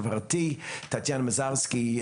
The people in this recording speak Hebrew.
חברתי טטיאנה מזרסקי.